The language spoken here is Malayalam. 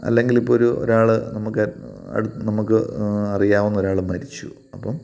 അല്ലെങ്കിലിപ്പോൾ ഒരു ഒരാൾ നമുക്ക് അട് നമുക്ക് അറിയാവുന്ന ഒരാൾ മരിച്ചു അപ്പം